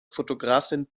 fotografin